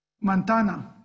Montana